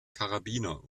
karabiner